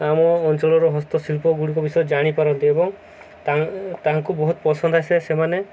ଆମ ଅଞ୍ଚଳର ହସ୍ତଶିଳ୍ପ ଗୁଡ଼ିକ ବିଷୟରେ ଜାଣିପାରନ୍ତି ଏବଂ ତା' ତାଙ୍କୁ ବହୁତ ପସନ୍ଦ ଆସେ ସେମାନେ